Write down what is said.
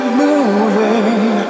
moving